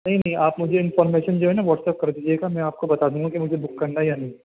نہیں نہیں آپ مجھے انفارمیشن جو ہے نا واٹسپ کر دیجیے گا میں آپ کو بتا دوں گا کہ مجھے بک کرنا یا نہیں